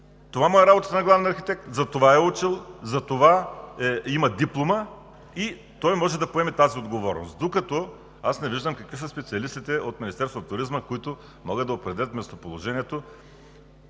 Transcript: Това му е работата на главния архитект – за това е учил, има диплома и може да поеме тази отговорност. Докато аз не виждам какви са специалистите от Министерството на туризма, които могат да определят местоположението,